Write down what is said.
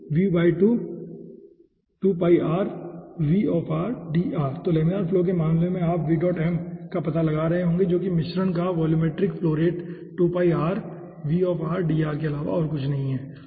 तो laminar slurry के मामले में आप का पता लगा रहे होंगे जो कि मिश्रण का वोलूमेट्रिक फ्लो रेट के अलावा और कुछ नहीं है